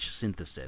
synthesis